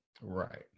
Right